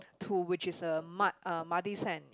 to which is a mud a muddy sand